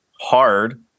hard